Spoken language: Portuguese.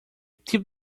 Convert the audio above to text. tipo